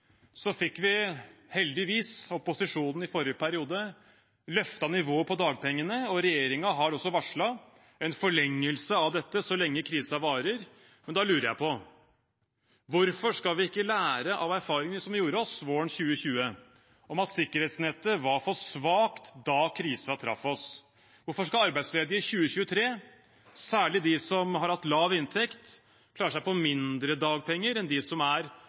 Så fikk vi – opposisjonen i forrige periode – heldigvis løftet nivået på dagpengene, og regjeringen har varslet en forlengelse av dette så lenge krisen varer. Da lurer jeg på: Hvorfor skal vi ikke lære av erfaringene vi gjorde oss våren 2020 om at sikkerhetsnettet var for svakt da krisen traff oss? Hvorfor skal arbeidsledige i 2023, særlig de som har hatt lav inntekt, klare seg på mindre dagpenger enn de som er